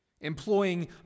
employing